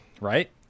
Right